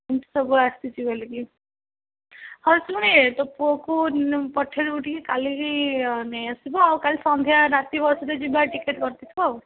ଏମିତି ସବୁ ଆସିଛି ବୋଲିକି ହଁ ଶୁଣେ ତୋ ପୁଅକୁ ପଠାଇ ଦେବୁ ଟିକେ କାଲିକି ନେଇ ଆସିବ ଆଉ କାଲି ସନ୍ଧ୍ୟା ରାତି ବସ୍ରେ ଯିବା ଟିକେଟ୍ କରିଥିବୁ ଆଉ